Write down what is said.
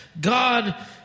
God